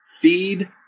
feed